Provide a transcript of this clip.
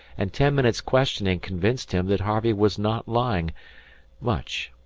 and ten minutes' questioning convinced him that harvey was not lying much.